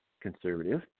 conservative